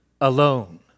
alone